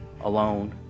alone